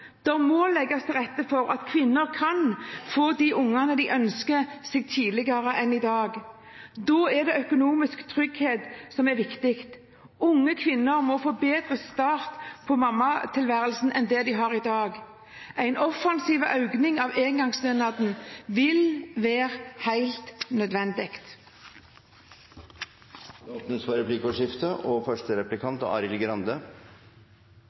Da er det økonomisk trygghet som er viktig. Unge kvinner må få en bedre start på mammatilværelsen enn det de har i dag. En offensiv økning av engangsstønaden vil være helt nødvendig. Det blir replikkordskifte. Kristelig Folkeparti har et prisverdig engasjement i familiepolitikken. Hareide sa i sitt innlegg tidligere i dag at noe av det viktigste vi kan gjøre, er å sørge for at familien får tid og